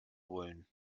wollen